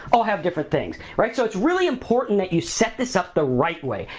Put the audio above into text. i'll have different things, right? so, it's really important that you set this up the right way.